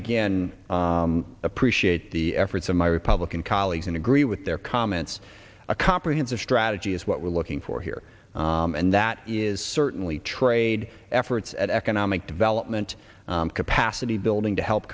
again appreciate the efforts of my republican colleagues and agree with their comments a comprehensive strategy is what we're looking for here and that is certainly trade efforts economic development capacity building to help